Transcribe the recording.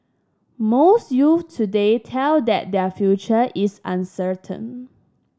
most youths today tell that their future is uncertain